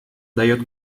дает